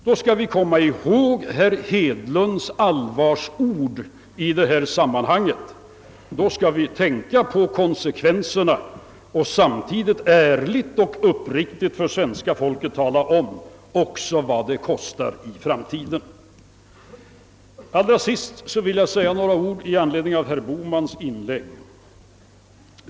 Då skall vi komma ihåg herr Hedlunds allvarsord i detta sammanhang, då skall vi tänka på konsekvenserna och samtidigt ärligt och uppriktigt för det svenska folket också tala om vad det kostar i framtiden. Sedan vill jag säga några ord i anledning av herr Bohmans inlägg.